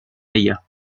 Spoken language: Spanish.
ella